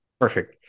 Perfect